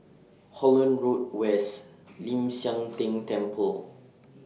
Holland Road West Ling San Teng Temple